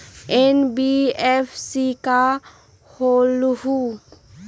NBFC का होलहु?